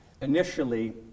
Initially